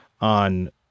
on